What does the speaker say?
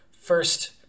First